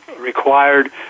required